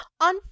On